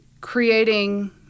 Creating